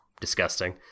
disgusting